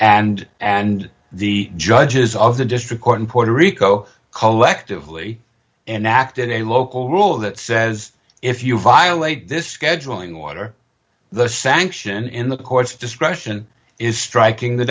and and the judges of the district court in puerto rico collectively enacted a local rule that says if you violate this scheduling water the sanction in the court's discretion is striking the